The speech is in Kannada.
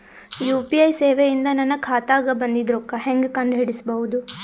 ಯು.ಪಿ.ಐ ಸೇವೆ ಇಂದ ನನ್ನ ಖಾತಾಗ ಬಂದಿದ್ದ ರೊಕ್ಕ ಹೆಂಗ್ ಕಂಡ ಹಿಡಿಸಬಹುದು?